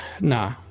Nah